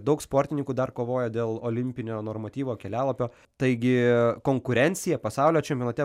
daug sportininkų dar kovoja dėl olimpinio normatyvo kelialapio taigi konkurencija pasaulio čempionate